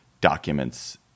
documents